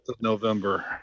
november